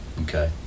Okay